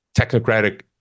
technocratic